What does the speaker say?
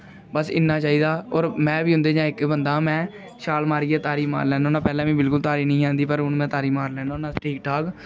बस इना चाहिदा और में बी हुंदे च इक बंदा हा में छाल मारिये तारी मारी लेन्ना होन्ना पहले मिगी बिल्कुल तारी नेई ही आंदी पर हून में तारी मारी लैन्ना होन्ना ठीक ठाक